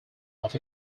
off